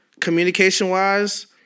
Communication-wise